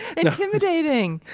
intimidating!